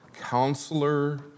counselor